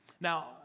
Now